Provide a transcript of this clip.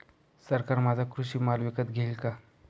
सरकार माझा कृषी माल विकत घेईल का?